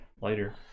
later